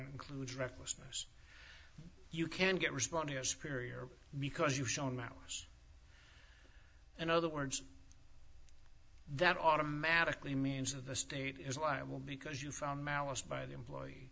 kluge recklessness you can get responders period because you've shown mouse and other words that automatically means of the state is liable because you found malice by the employee